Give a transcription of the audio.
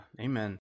Amen